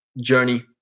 journey